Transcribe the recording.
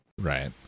Right